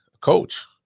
coach